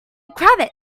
cravat